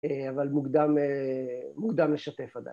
‫אבל מוקדם לשתף עדיין.